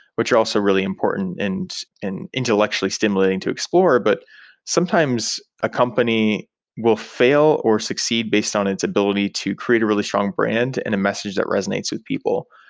which are also really important and intellectually stimulating to explore, but sometimes a company will fail or succeed based on its ability to create a really strong brand and a message that resonates with people.